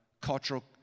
cultural